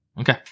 Okay